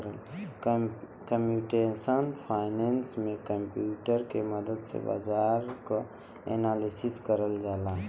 computational finance में computer के मदद से बाजार क एनालिसिस करल जाला